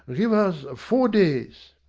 give us four days!